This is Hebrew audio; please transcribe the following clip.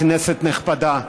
כנסת נכבדה,